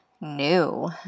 new